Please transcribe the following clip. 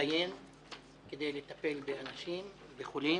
ומצטיין כדי לטפל באנשים, בחולים,